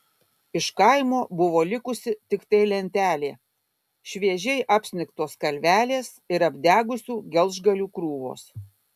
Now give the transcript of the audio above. iš kaimo buvo likusi tiktai lentelė šviežiai apsnigtos kalvelės ir apdegusių geležgalių krūvos